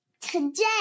today